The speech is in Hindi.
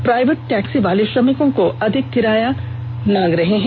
प्राइवेट टैक्सी वाले श्रमिकों से अधिक किराया मांग रहे हैं